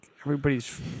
everybody's